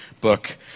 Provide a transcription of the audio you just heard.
book